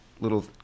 little